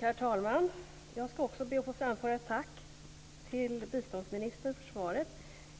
Herr talman! Också jag ska be att få framföra ett tack till biståndsministern för svaret.